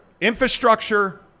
infrastructure